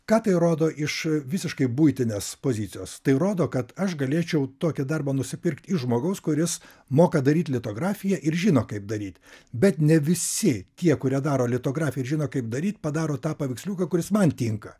ką tai rodo iš visiškai buitinės pozicijos tai rodo kad aš galėčiau tokį darbą nusipirkti iš žmogaus kuris moka daryt litografiją ir žino kaip daryt bet ne visi tie kurie daro litografiją žino kaip daryti padaro tą paveiksliuką kuris man tinka